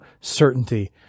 certainty